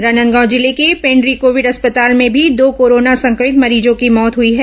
राजनांदगांव जिले के पेंड्री कोविड अस्पताल में भी दो कोरोना संक्रमित मरीजों की मौत हुई है